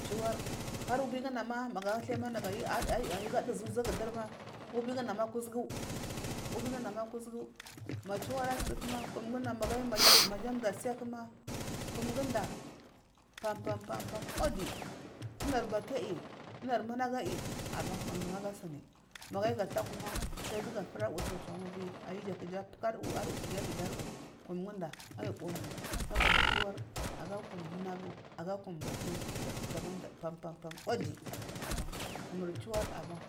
Chiwar har ubigudama ayuga duzu uzaguduri ubigudama kuzugu ubiguda kuzugu ma chiwar sukuku kumgudama madu atsiya kuma kumguda pampam pampam wodi anu bali aiyi munagu aiyi na nduga asini magu ayugatakuma saidu gu aturari arwu chauvi ayuja kuja apakuawu kuya apidaridu aiyi ubuwamai chwar aga kum nunagu aga kum bate daban pampam wodi aba kumur chiwar aban